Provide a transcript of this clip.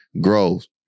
grows